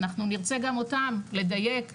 אנחנו נרצה גם אותם לדייק,